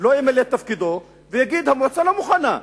לא ימלא את תפקידו ויגיד: המועצה לא מוכנה.